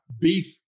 Beef